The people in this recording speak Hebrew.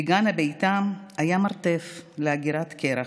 בגן ביתם היה מרתף לאגירת קרח.